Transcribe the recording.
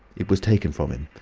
it was taken from him.